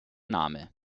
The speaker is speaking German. name